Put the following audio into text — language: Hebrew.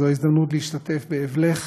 וזו ההזדמנות להשתתף באבלך